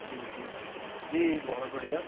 جی جی جی بہت بڑھیا